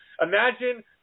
Imagine